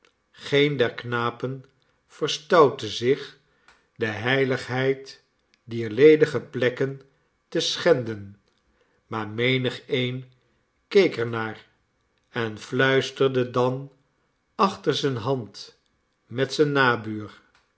geen der knapen verstoutte zich de heiligheid dier ledige plekken te schenden maar menigeen keek er naar en fluisterde dan achter zijne hand met zijn